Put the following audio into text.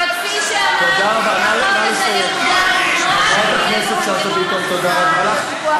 וכפי שאמרתי, החוק הזה יקודם, תודה רבה.